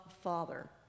Father